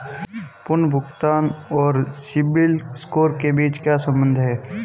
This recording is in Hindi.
पुनर्भुगतान और सिबिल स्कोर के बीच क्या संबंध है?